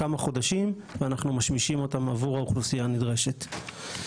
כמה חודשים ואנחנו משמישים אותם עבור האוכלוסייה הנדרשת.